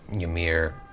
Ymir